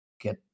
get